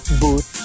booth